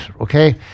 okay